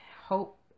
hope